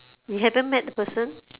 we haven't met the person